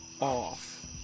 off